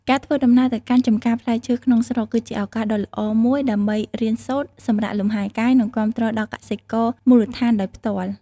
ការធ្វើដំណើរទៅកាន់ចម្ការផ្លែឈើក្នុងស្រុក គឺជាឱកាសដ៏ល្អមួយដើម្បីរៀនសូត្រ សម្រាកលំហែកាយ និងគាំទ្រដល់កសិករមូលដ្ឋានដោយផ្ទាល់។